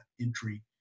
entry